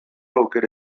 aukera